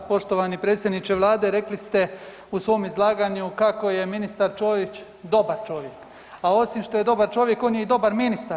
Poštovani predsjedniče vlade, rekli ste u svom izlaganju kako je ministar Ćorić dobar čovjek, a osim što je dobar čovjek, on je i dobar ministar.